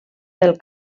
del